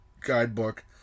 guidebook